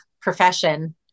profession